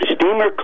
steamer